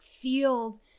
field